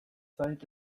zait